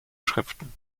schriften